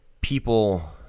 people